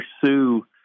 pursue